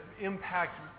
impact